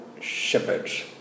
Shepherds